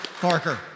Parker